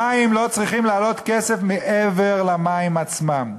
מים לא צריכים לעלות כסף מעבר למחיר המים עצמם.